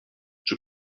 czy